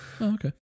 okay